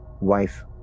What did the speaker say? wife